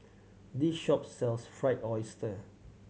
this shop sells Fried Oyster